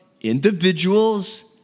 individuals